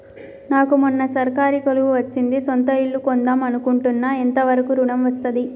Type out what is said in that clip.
నాకు మొన్న సర్కారీ కొలువు వచ్చింది సొంత ఇల్లు కొన్దాం అనుకుంటున్నా ఎంత వరకు ఋణం వస్తది?